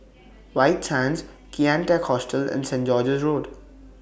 White Sands Kian Teck Hostel and Saint George's Road